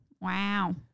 Wow